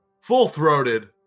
full-throated